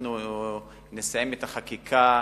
אנחנו נסיים את החקיקה,